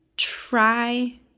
Try